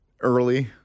Early